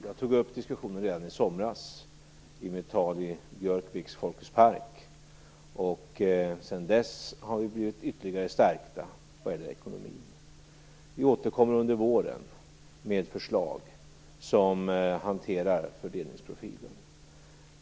Jag tog upp diskussionen redan i somras i mitt tal i Björkviks Folkets park, och sedan dess har vi blivit ytterligare stärkta vad gäller ekonomin. Vi återkommer under våren med förslag som hanterar fördelningsprofilen.